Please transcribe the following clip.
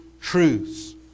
truths